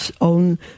own